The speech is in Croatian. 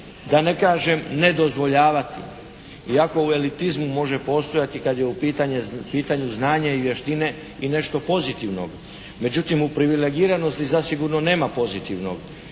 da ne kažem ne dozvoljavati iako u elitizmu može postojati kad je u pitanju znanje i vještine i nešto pozitivnog. Međutim, u privilegiranosti zasigurno nema pozitivnog.